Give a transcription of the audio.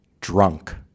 drunk